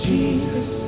Jesus